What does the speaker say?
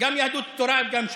גם יהדות התורה, גם ש"ס.